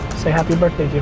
say happy birthday,